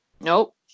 Nope